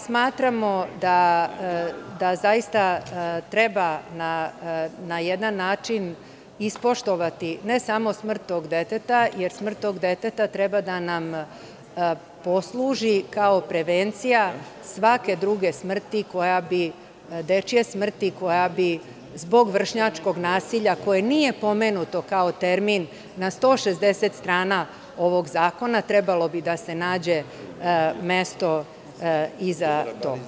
Smatramo da zaista treba na jedan način ispoštovati ne samo smrt tog deteta, jer smrt tog deteta treba da nam posluži kao prevencija svake druge smrti, dečije smrti koja bi zbog vršnjačkog nasilja, koje nije pomenuto kao termin na 160 strana ovog zakona, trebalo bi da se nađe mesto i za to.